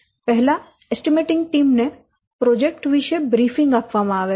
પહેલા estimating team ને project વિષે બ્રીફિંગ આપવામાં આવે છે